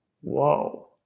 Whoa